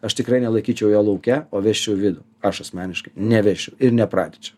aš tikrai nelaikyčiau jo lauke o vesčiau į vidų aš asmeniškai nevesčiau ir nepratinčiau